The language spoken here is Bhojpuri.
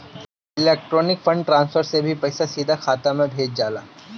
इलेक्ट्रॉनिक फंड ट्रांसफर से भी पईसा सीधा खाता में भेजल जाला